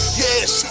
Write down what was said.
yes